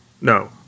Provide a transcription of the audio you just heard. No